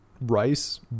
Rice